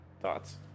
thoughts